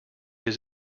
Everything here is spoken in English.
his